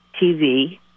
TV